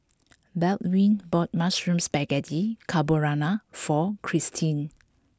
Baldwin bought Mushroom Spaghetti Carbonara for Christie